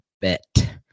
bet